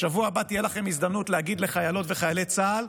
בשבוע הבא תהיה לכם הזדמנות להגיד לחיילות ולחיילי צה"ל: